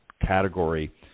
category